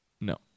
No